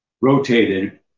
rotated